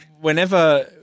Whenever